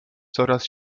coraz